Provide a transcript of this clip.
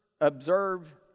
observe